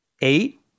eight